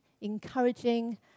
encouraging